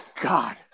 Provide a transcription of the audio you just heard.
God